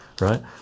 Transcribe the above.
right